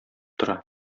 тора